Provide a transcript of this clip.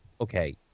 okay